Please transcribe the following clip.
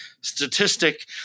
statistic